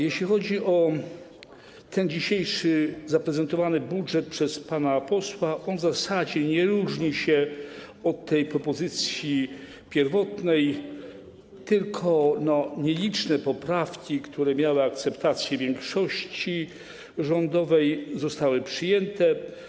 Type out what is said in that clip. Jeśli chodzi o dzisiejszy zaprezentowany przez pana posła budżet, on w zasadzie nie różni się od tej propozycji pierwotnej - tylko nieliczne poprawki, które miały akceptację większości rządowej, zostały przyjęte.